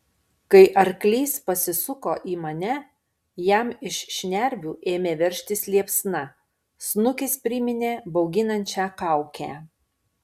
kai arklys pasisuko į mane jam iš šnervių ėmė veržtis liepsna snukis priminė bauginančią kaukę